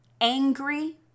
angry